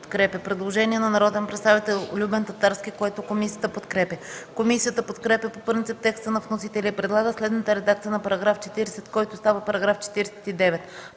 Предложение от народния представител Любен Татарски, което комисията подкрепя. Комисията подкрепя по принцип текста на вносителя и предлага следната редакция на § 40, който става § 49: „§ 49.